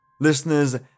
Listeners